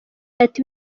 ati